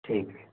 ठीक है